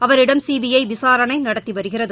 அவரிடம் சிபிஐ விசாரணை நடத்தி வருகிறது